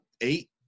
eight